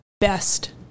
best